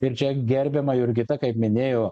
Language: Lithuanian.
ir čia gerbiama jurgita kaip minėjo